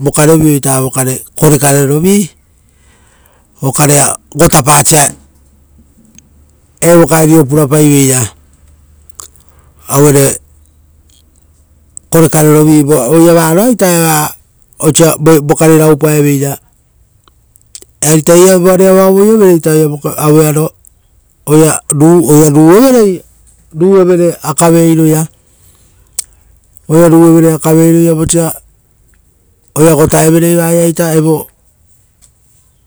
vokarevioita korekarerovi okarea gotapasia evara purapaiveira auere korekarerovi. Uva eira varo aita-eva, oisio vokare raupaeveira. eiri eiraita voari avaovoivere oira vokeparo, ra oira ruevere akaveiroia. Oira ru evere akave iro ia vosa oira gotaevere, eva iaita iroo.